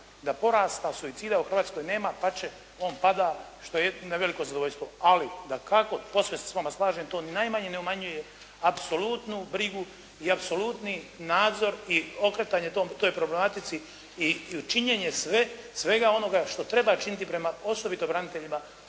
da porasta suicida u Hrvatskoj nema. Dapače, on pada što je na veliko zadovoljstvo. Ali dakako posve se s vama slažem to ni najmanje ne umanjuje apsolutnu brigu i apsolutni nadzor i okretanje toj problematici i učinjenja svega onoga što treba činiti prema osobito braniteljima